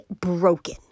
broken